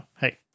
hey